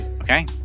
Okay